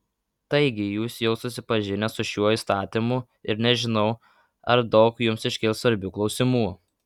taigi jūs jau susipažinę su šiuo įstatymu ir nežinau ar daug jums iškils svarbių klausimų